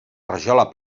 rajola